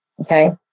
okay